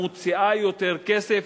מוציאה יותר כסף,